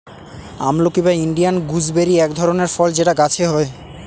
আমলকি বা Indian gooseberry এক ধরনের ফল যেটা গাছে হয়